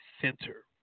center